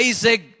Isaac